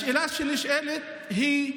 השאלה שנשאלת היא: